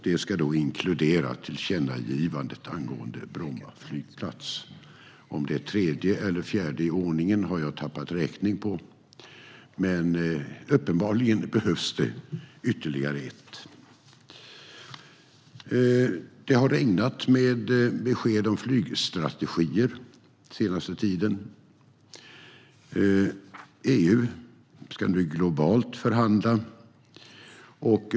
Det inkluderar tillkännagivandet angående Bromma flygplats. Om det är det tredje eller fjärde i ordningen har jag tappat räkningen på. Men uppenbarligen behövs det ytterligare ett. Det har regnat besked om flygstrategier den senaste tiden. EU ska nu förhandla globalt.